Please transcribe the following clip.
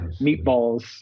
meatballs